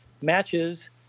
matches